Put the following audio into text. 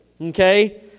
Okay